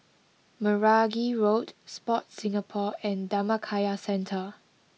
Meragi Road Sport Singapore and Dhammakaya Centre